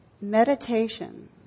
meditation